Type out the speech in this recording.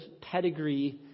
pedigree